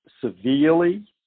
severely